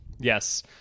Yes